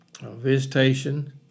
visitation